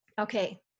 Okay